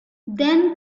then